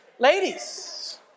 Ladies